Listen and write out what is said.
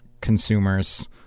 consumers